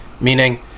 Meaning